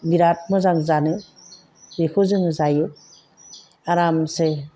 बिराद मोजां जानो बेखौ जोङो जायो आरामसे